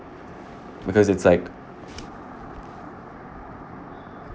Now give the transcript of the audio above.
because it's like